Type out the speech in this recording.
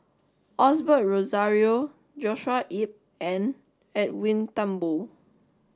Osbert Rozario Joshua Ip and Edwin Thumboo